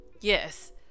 Yes